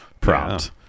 prompt